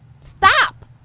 Stop